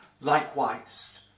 Likewise